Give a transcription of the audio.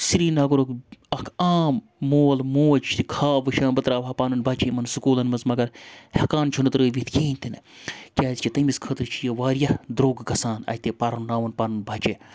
سرینَگرُک اَکھ عام مول موج چھُ خاب وٕچھان بہٕ تراوٕ ہا پَنُن بَچہِ یِمَن سکوٗلَن منٛز مگر ہیٚکان چھُنہٕ ترٲوِتھ کِہیٖنۍ تہِ نہٕ کیٛازِکہِ تٔمِس خٲطرٕ چھِ یہِ واریاہ درٛوٚگ گَژھان اَتہِ پَرناوُن پَنُن بَچہِ